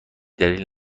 دلیل